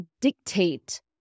dictate